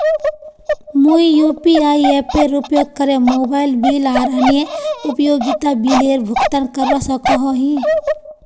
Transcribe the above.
मुई यू.पी.आई एपेर उपयोग करे मोबाइल बिल आर अन्य उपयोगिता बिलेर भुगतान करवा सको ही